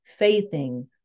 faithing